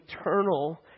eternal